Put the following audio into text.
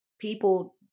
people